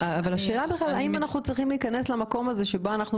השאלה היא האם אנחנו בכלל צריכים להיכנס למקום הזה שבו אנחנו